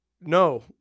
no